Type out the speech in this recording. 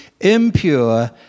impure